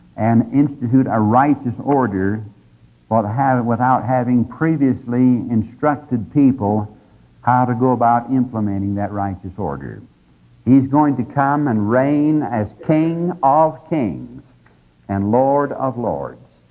and institute a righteous order or to have it without having previously instructed people how to go about implementing that righteous order. he is going to come and reign as king of kings and lord of lords,